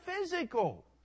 physical